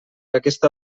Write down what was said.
aquesta